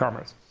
commerce.